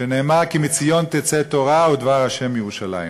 שנאמר: "כי מציון תצא תורה ודבר ה' מירושלים".